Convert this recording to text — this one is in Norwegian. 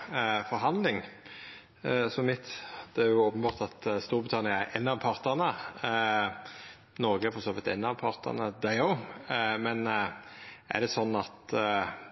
av partane, og Noreg er for så vidt òg ein av partane. Men er det sånn at